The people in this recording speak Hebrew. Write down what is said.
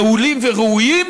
מעולים וראויים,